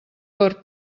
per